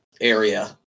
area